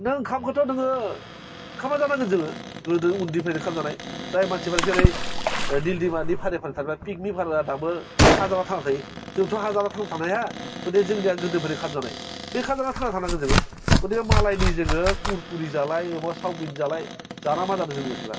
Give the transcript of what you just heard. नों ओंखामखौथ' नोङो ओंखामा जानांगोन जोङो गोदो उन्दैनिफ्रायनो ओंखाम जानाय जाय मानसिफोरा जेरै निल दैमानि फारि फारि थांना पिकनिफोरा दाबो हा जाना थांना थायो जोंथ' हा जाना थांना थानो हाया गथिखे जोंनिया गोदोनिफ्रायनो ओंखाम जानाय बे ओंखाम जाना थांना थानांगोन जोङो गथिखे मालायनि जोङो कुरकुरि जालाय माबा चावमिन जालाय जाना मा जानो जोंनि मानसिफ्रा